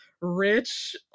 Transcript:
rich